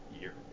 year